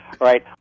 right